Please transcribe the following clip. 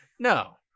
No